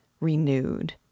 renewed